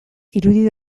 irudi